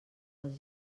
els